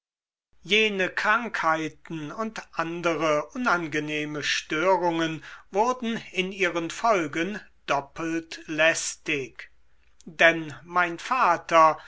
jene krankheiten und andere unangenehme störungen wurden in ihren folgen doppelt lästig denn mein vater